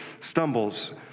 stumbles